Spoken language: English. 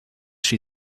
she